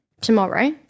tomorrow